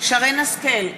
שרן השכל,